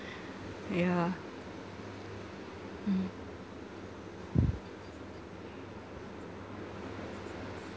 yeah mm